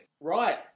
Right